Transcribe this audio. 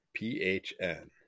PHN